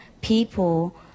people